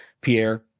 Pierre